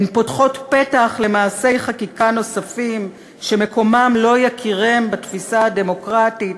הן פותחות פתח למעשי חקיקה נוספים שמקומם לא יכירם בתפיסה הדמוקרטית.